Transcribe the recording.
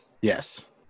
yes